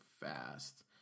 fast